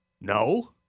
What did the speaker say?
No